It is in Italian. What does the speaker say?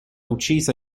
uccisa